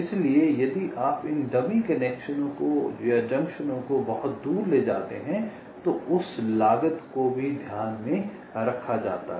इसलिए यदि आप इन डमी जंक्शनों को बहुत दूर ले जाते हैं तो उस लागत को भी ध्यान में रखा जाता है